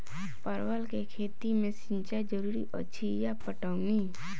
परवल केँ खेती मे सिंचाई जरूरी अछि या पटौनी?